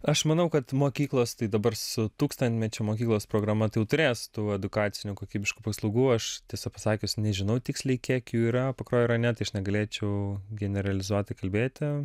aš manau kad mokyklos tai dabar su tūkstantmečio mokyklos programa tai jau turės tų edukacinių kokybiškų paslaugų aš tiesą pasakius nežinau tiksliai kiek jų yra pakruojo rajone tai aš negalėčiau generalizuotai kalbėti